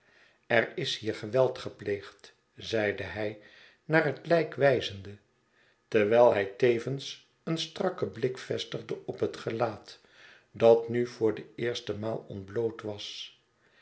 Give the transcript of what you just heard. er is hier geweld gepleegd zeide hij naar het lijk wijzende terwijl hij tevens een strakken blik vestigde op het gelaat dat nu voor de eerste maal ontbloot was